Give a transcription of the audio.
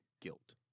guilt